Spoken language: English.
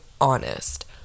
honest